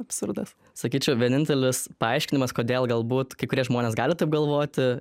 absurdas sakyčiau vienintelis paaiškinimas kodėl galbūt kai kurie žmonės gali taip galvoti